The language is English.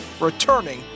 returning